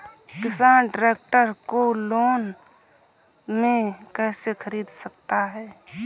किसान ट्रैक्टर को लोन में कैसे ख़रीद सकता है?